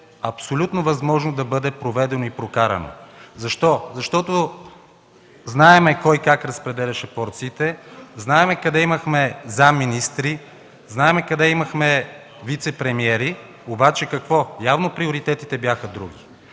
абсолютно възможно да бъде проведено и прокарано. Защо? Защото знаем кой, как разпределяше порциите, знаем къде имахме заместник-министри, знаехме къде имахме вицепремиери. Обаче, какво?! Явно приоритетите бяха други.